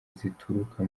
zituruka